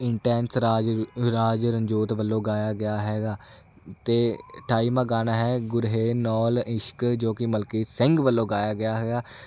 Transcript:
intense Raj Raj Ranjot ਵੱਲੋਂ ਗਾਇਆ ਗਿਆ ਹੈਗਾ ਅਤੇ ਅਠਾਈਵਾਂ ਗਾਣਾ ਹੈ ਗੁਰਹੇ ਨਾਲ ਇਸ਼ਕ ਜੋ ਕਿ ਮਲਕੀਤ ਸਿੰਘ ਵੱਲੋਂ ਗਾਇਆ ਗਿਆ ਹੈਗਾ